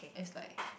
it's like